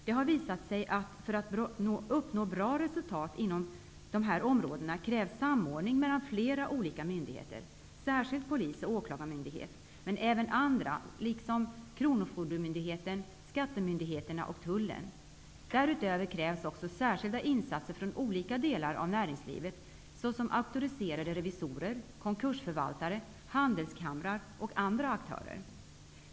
Det har visat sig att det, för att man skall kunna uppnå bra resultat inom de här områdena, krävs samordning mellan flera olika myndigheter, särskilt polis och åklagarmyndigheterna, men även andra, som kronofogdemyndigheten, skattemyndigheten och Tullen. Därutöver krävs också särskilda insatser från olika delar av näringslivet, såsom auktoriserade revisorer, konkursförvaltare, handelskamrar och andra aktörer.